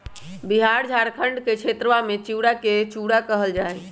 बिहार झारखंड के क्षेत्रवा में चिड़वा के चूड़ा कहल जाहई